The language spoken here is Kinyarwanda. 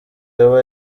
yaba